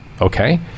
okay